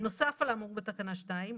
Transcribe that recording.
נוסף על האמור בתקנה 2,